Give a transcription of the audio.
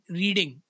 reading